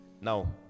Now